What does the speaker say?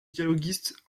dialoguiste